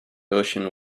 ocean